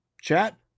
chat